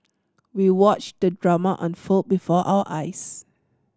we watched the drama unfold before our eyes